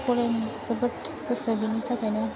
फरायनो जोबोर गोसो बेनि थाखायनो